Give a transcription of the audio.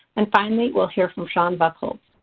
and finally, we'll hear from shawn bucholtz,